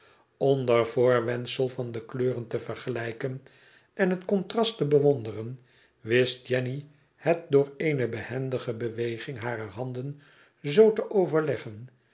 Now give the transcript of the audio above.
onder voorwendsel van de kleuren te vergelijken en het contrast te bewonderen wbt jenny het door eene behendige beweging harer handen zoo te overleggen